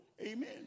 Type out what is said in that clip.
amen